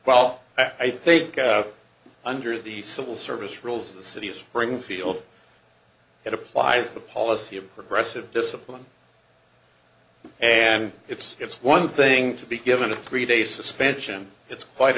well i think under the civil service rules of the city of springfield it applies the policy of progressive discipline and it's it's one thing to be given a free day suspension it's quite